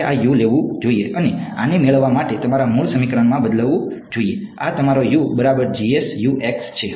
તમારે આ U લેવું જોઈએ અને આને મેળવવા માટે તમારા મૂળ સમીકરણમાં બદલવું જોઈએ આ તમારો બરાબર છે